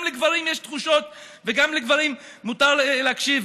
לגברים יש תחושות וגם לגברים מותר להקשיב,